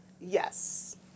Yes